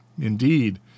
Indeed